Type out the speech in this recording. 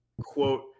Quote